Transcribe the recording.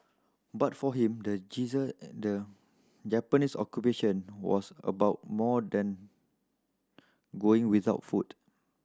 but for him the the Japanese Occupation was about more than going without food